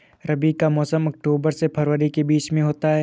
रबी का मौसम अक्टूबर से फरवरी के बीच में होता है